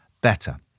better